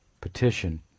petition